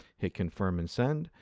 hit confirm and send,